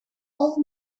all